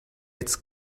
its